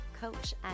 coach